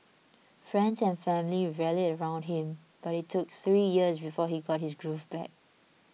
friends and family rallied around him but it took three years before he got his groove back